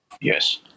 Yes